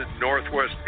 Northwest